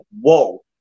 Whoa